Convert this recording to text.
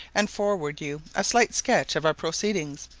and forward you a slight sketch of our proceedings,